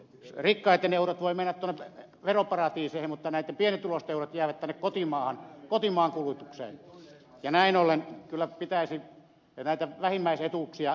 rikkaitten eurot voivat mennä tuonne veroparatiiseihin mutta näitten pienituloisten eurot jäävät tänne kotimaan kulutukseen ja näin ollen kyllä pitäisi näitä vähimmäisetuuksia ehdottomasti korottaa